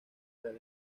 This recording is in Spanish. real